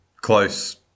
close